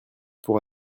pour